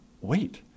wait